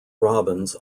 robbins